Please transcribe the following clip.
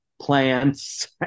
plants